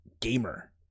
Gamer